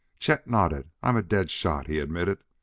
chet nodded. i'm a dead shot, he admitted,